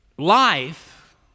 Life